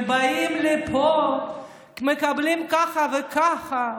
הם באים לפה, מקבלים ככה וככה.